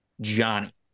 Johnny